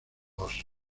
dos